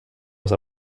muss